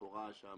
בחורה שם